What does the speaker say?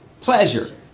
pleasure